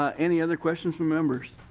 ah any other questions for members?